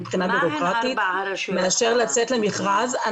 מבחינה בירוקרטית מאשר לצאת למכרז.